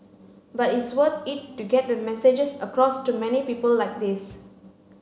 but it's worth it to get the messages across to many people like this